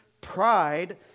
pride